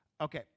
Okay